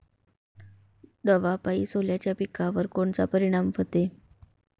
दवापायी सोल्याच्या पिकावर कोनचा परिनाम व्हते?